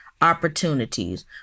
opportunities